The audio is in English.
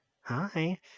Hi